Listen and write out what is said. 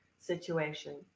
situation